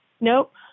Nope